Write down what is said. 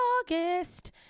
August